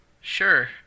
Sure